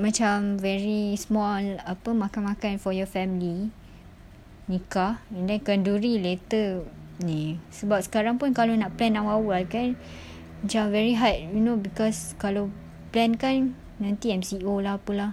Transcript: macam very small apa makan makan for your family nikah and then kenduri later boleh sebab sekarang pun kalau nak plan awal-awal kan macam very hard you know because kalau plan kan nanti M_C_O lah apa lah